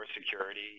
security